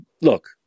look